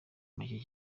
make